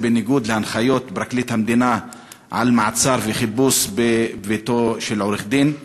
בניגוד להנחיות פרקליט המדינה על מעצר וחיפוש בביתו של עורך-דין.